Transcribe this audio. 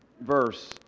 verse